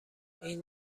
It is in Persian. این